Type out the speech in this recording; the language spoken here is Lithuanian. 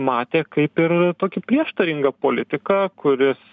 matė kaip ir tokį prieštaringą politiką kuris